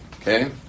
Okay